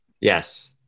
Yes